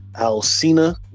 Alcina